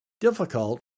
difficult